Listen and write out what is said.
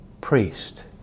priest